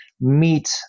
meet